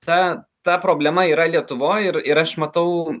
ta ta problema yra lietuvoj ir ir aš matau